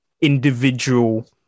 individual